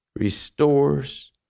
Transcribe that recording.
Restores